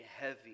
heavy